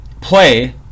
play